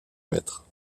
maître